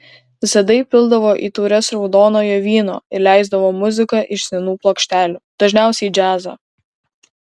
visada įpildavo į taures raudonojo vyno ir leisdavo muziką iš senų plokštelių dažniausiai džiazą